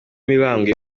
mibambwe